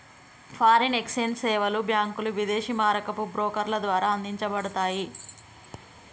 foreign exchange సేవలు బ్యాంకులు, విదేశీ మారకపు బ్రోకర్ల ద్వారా అందించబడతయ్